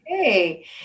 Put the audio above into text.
Okay